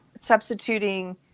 substituting